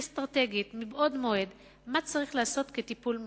אסטרטגית מבעוד מועד מה צריך לעשות כטיפול מונע,